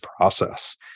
process